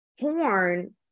porn